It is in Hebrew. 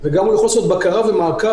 וגם הוא יכול לעשות בקרה ומעקב,